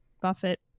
Buffett